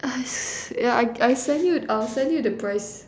yeah I I send you I'll send you the price